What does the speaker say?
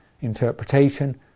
interpretation